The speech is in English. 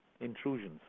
intrusions